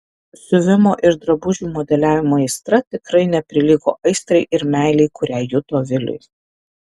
siuvimo ir drabužių modeliavimo aistra tikrai neprilygo aistrai ir meilei kurią juto viliui